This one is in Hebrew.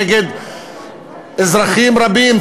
נגד אזרחים רבים,